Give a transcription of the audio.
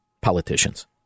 politicians